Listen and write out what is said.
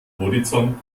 horizont